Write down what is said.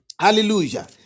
Hallelujah